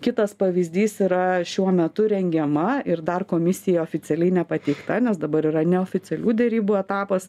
kitas pavyzdys yra šiuo metu rengiama ir dar komisijai oficialiai nepateikta nes dabar yra neoficialių derybų etapas